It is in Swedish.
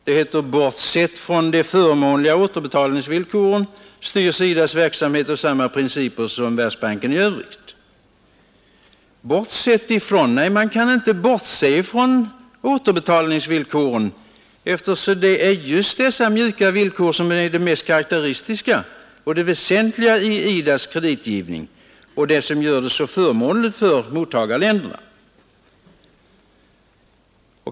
Det heter i motionen: ”Bortsett från de förmånligare återbetalningsvillkoren styrs IDA:s verksamhet av samma principer som Världsbanken i övrigt.” Men man kan inte bortse från återbetalningsvillkoren, eftersom det just är dessa mjuka villkor som är det mest karakteristiska och det väsentliga i IDA :s kreditgivning och det som gör den så förmånlig för mottagarländerna.